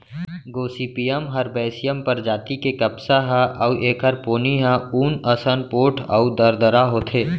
Gossypium herbaceum परजाति के कपसा ह अउ एखर पोनी ह ऊन असन पोठ अउ दरदरा होथे